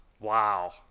Wow